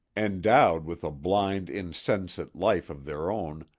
endowed with a blind, insensate life of their own,